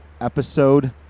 episode